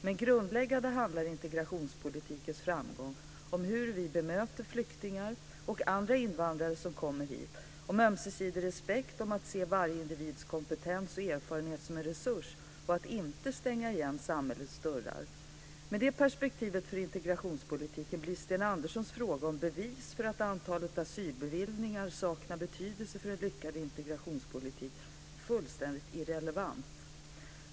Men i grunden handlar integrationspolitikens framgång om hur vi bemöter de flyktingar och andra invandrare som kommer hit, om ömsesidig respekt, om att se varje individs kompetens och erfarenhet som en resurs och om att inte stänga igen samhällets dörrar. Med det perspektivet för integrationspolitiken blir Sten Anderssons fråga om bevis för att antalet asylbeviljningar saknar betydelse för en lyckad integrationspolitik fullständigt irrelevant.